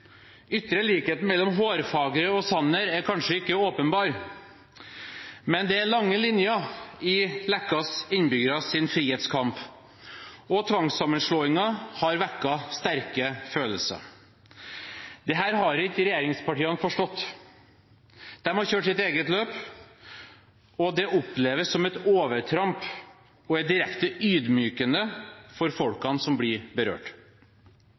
ytre likheten mellom Hårfagre og Sanner er kanskje ikke åpenbar. Men det er lange linjer i Lekainnbyggernes frihetskamp, og tvangssammenslåingen har vekket sterke følelser. Dette har ikke regjeringspartiene forstått. De har kjørt sitt eget løp. Det oppleves som et overtramp og er direkte ydmykende for folk som blir berørt.